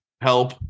help